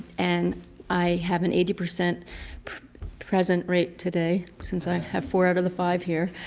and i have an eighty percent present rate today since i have four out of the five here.